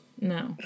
No